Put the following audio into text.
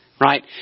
Right